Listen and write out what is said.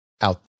out